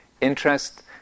Interest